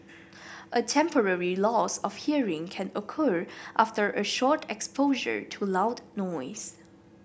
a temporary loss of hearing can occur after a short exposure to loud noise